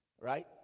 right